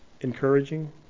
encouraging